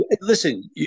listen